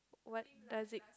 what does it